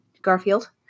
garfield